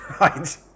Right